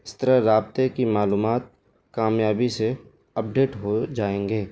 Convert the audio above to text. اس طرح رابطے کی معلومات کامیابی سے اپڈیٹ ہو جائیں گے